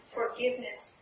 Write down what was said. forgiveness